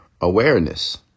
awareness